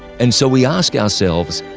and so we ask ourselves,